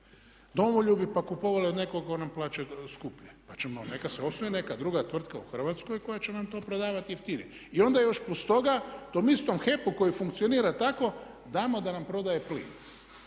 domoljubi pa kupovali od nekog, on nam plaća skuplje. Pa ćemo, neka se osnuje neka druga tvrtka u Hrvatskoj koja će nam to prodavati jeftinije. I onda još plus toga tom istom HEP-u koji funkcionira tako damo da nam prodaje plin,